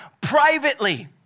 privately